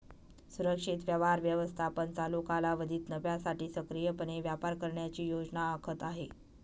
सुरक्षित व्यवहार व्यवस्थापन चालू कालावधीत नफ्यासाठी सक्रियपणे व्यापार करण्याची योजना आखत आहे